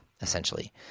essentially –